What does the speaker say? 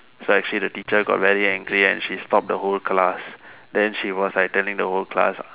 so actually the teacher got very angry and she stop the whole class then she was like telling the whole class